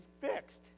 fixed